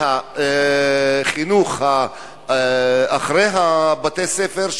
החינוך אחרי בתי-הספר,